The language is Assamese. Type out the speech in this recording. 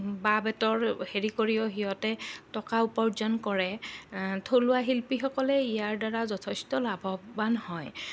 বাঁহ বেতৰ হেৰি কৰিও সিহঁতে টকা উপাৰ্জন কৰে থলুৱা শিল্পীসকলে ইয়াৰ দ্বাৰা যথেষ্ট লাভৱান হয়